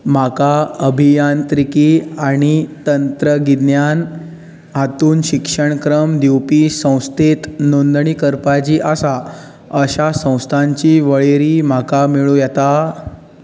म्हाका अभियांत्रिकी आनी तंत्रगिन्यान हातूंत शिक्षणक्रम दिवपी संस्थेंत नोंदणी करपाची आसा अशा संस्थांची वळेरी म्हाका मेळूं येता